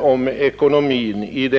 om ekonomin.